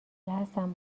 حسن